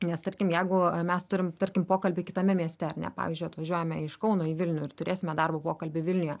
nes tarkim jeigu mes turim tarkim pokalbį kitame mieste ar ne pavyzdžiui atvažiuojame iš kauno į vilnių ir turėsime darbo pokalbį vilniuje